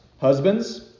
husbands